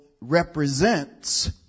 represents